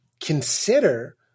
consider